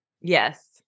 Yes